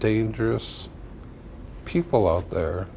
dangerous people out there